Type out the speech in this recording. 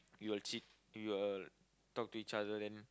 we will ch~ we will talk to each other then